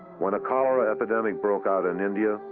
when a cholera epidemic broke out in india,